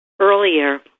earlier